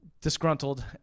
Disgruntled